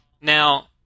Now